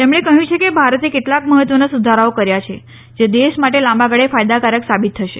તેમણે કહયું છે કે ભારતે કેટલાક મહત્વના સુધારાઓ કર્યા છે જે દેશ માટે લાંબાગાળે ફાયદાકારક સાબિત થશે